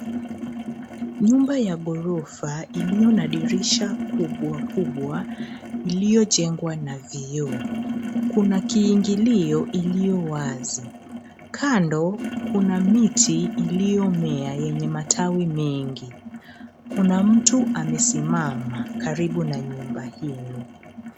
Nyumba ya ghorofa iliyo na dirisha kubwa kubwa iliyo jengwa na vioo. Kuna kiingilio iliyo wazi. Kando kuna miti iliyomea yenye matawi mengi. Kuna mtu amesimama karibu na nyumba hilo.